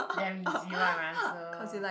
damn easy right my answer